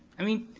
i mean,